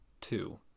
two